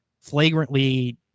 flagrantly